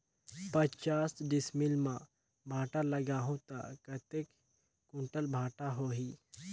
पचास डिसमिल मां भांटा लगाहूं ता कतेक कुंटल भांटा होही?